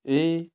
এই